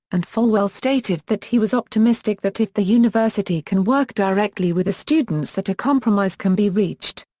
and falwell stated that he was optimistic that if the university can work directly with the students that a compromise can be reached.